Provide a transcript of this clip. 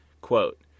Quote